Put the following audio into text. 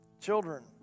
Children